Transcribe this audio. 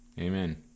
amen